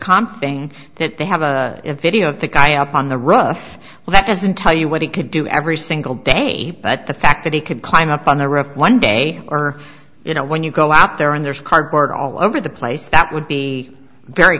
comp thing that they have a video of the guy up on the rough well that doesn't tell you what he could do every single day but the fact that he could climb up on the raft one day or you know when you go out there and there's cardboard all over the place that would be very